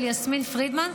של יסמין פרידמן,